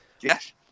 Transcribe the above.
Yes